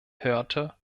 hörte